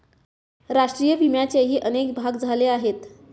राष्ट्रीय विम्याचेही अनेक भाग झाले आहेत